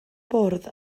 bwrdd